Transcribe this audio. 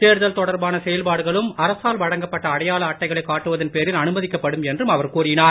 தேர்தல் தொடர்பான செயல்பாடுகளும் அரசால் வழங்கப்பட்ட அடையாள அட்டைகளை காட்டுவதன் பேரில் அனுமதிக்கப்படும் என்றும் அவர் கூறினார்